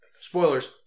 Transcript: spoilers